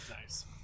nice